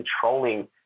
controlling